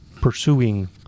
pursuing